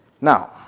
Now